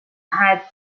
had